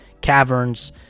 caverns